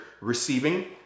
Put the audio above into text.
receiving